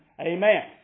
Amen